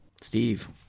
Steve